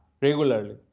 regularly